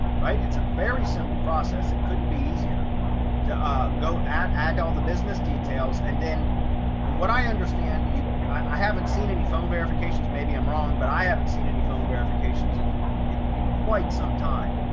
right, it's a very simple process, it couldn't be easier to go add add all the business details. and then from what i understand you, i haven't seen any phone verifications. maybe i'm wrong, but i haven't seen any phone verifications and in and quite some time.